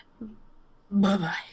Bye-bye